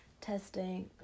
Testing